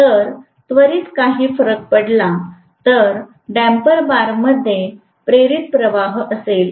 जर त्वरित काही फरक पडला तर डम्पर बारमध्ये प्रेरित प्रवाह असेल